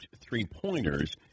three-pointers